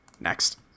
Next